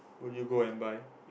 will you go and buy